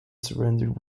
surrendered